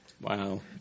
Wow